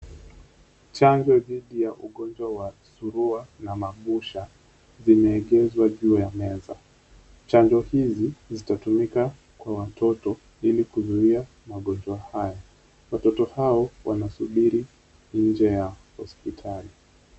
Chanjo dhidi ya ugonjwa wa surua na mambusha zimeegezwa juu ya meza. Chanjo hizi zitatumika kwa watoto ili kuzuia magonjwa haya. Watoto hao wanasubiri nje ya hospitali.